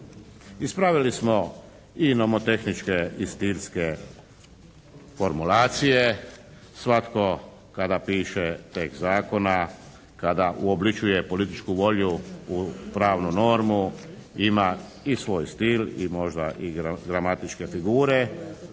Ispravili smo i nomotehničke i stilske formulacije, svatko kada piše tekst zakona, kada uobličuje političku volju u pravnu normu ima i svoj stil i možda i gramatičke figure,